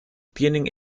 tienen